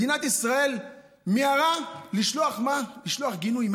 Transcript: מדינת ישראל מיהרה לשלוח גינוי.